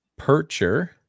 Percher